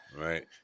Right